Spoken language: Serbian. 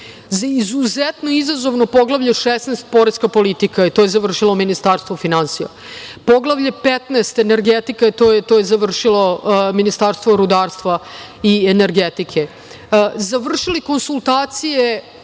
izuzetno izazovno poglavlje 16 – Poreska politika i to je završilo Ministarstvo finansija. Poglavlje 15 – Energetika to je završilo Ministarstvo rudarstva i energetike. Završili konsultacije